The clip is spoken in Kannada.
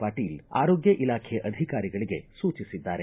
ಪಾಟೀಲ ಆರೋಗ್ಯ ಇಲಾಖೆ ಅಧಿಕಾರಿಗಳಿಗೆ ಸೂಚಿಸಿದ್ದಾರೆ